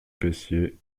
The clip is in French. peyssier